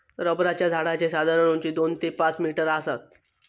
रबराच्या झाडाची साधारण उंची दोन ते पाच मीटर आसता